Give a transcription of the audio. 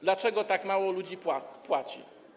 Dlaczego tak mało ludzi płaci?